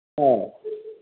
ꯑꯧ